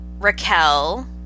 Raquel